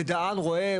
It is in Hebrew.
המידען רואה,